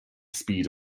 speed